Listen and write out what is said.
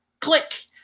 click